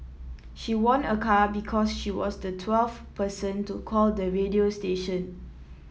she won a car because she was the twelfth person to call the radio station